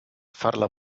farla